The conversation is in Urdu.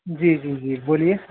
جی جی جی بولیے